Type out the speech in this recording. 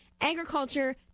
agriculture